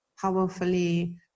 powerfully